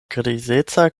grizeca